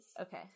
okay